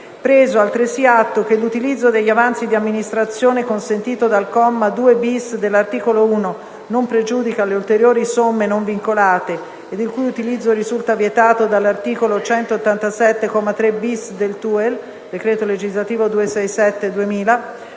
preso, altresì, atto che l'utilizzo degli avanzi di amministrazione consentito dal comma 2-*bis* dell'articolo 1 non pregiudica le ulteriori somme non vincolate ed il cui utilizzo risulta vietato dall'articolo 187, comma 3-*bis* del TUEL (d.lgs. 267/2000);